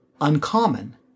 uncommon